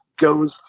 goes